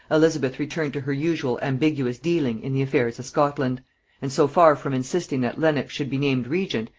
elizabeth returned to her usual ambiguous dealing in the affairs of scotland and so far from insisting that lenox should be named regent,